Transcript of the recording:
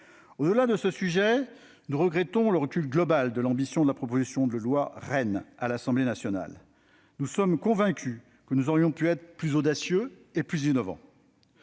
Au-delà de ce sujet, nous regrettons le recul global de l'ambition de la proposition de loi REEN à l'Assemblée nationale : nous sommes convaincus que nous aurions pu être plus audacieux et innovants.